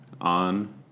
on